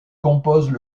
composent